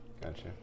Gotcha